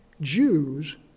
Jews